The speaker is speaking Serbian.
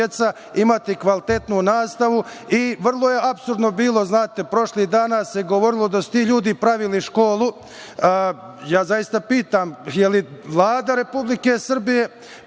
imati kvalitetnu nastavu i vrlo je apsurdno bilo. Znate, prošlih dana se govorilo da su ti ljudi pravili školu. Zaista pitam – jel Vlada Republike Srbije